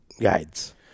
guides